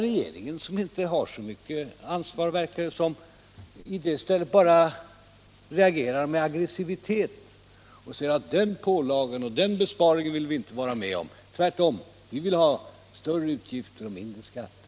Regeringen, som inte tycks ha så mycket ansvar, reagerar i stället med att bara vara aggressiv och säga att den inte vill vara med om den pålagan och den besparingen, utan tvärtom vill ha större utgifter och lägre skatter.